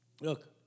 Look